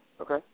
Okay